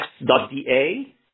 x.da